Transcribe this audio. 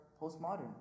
postmodern